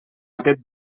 aquest